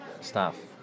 staff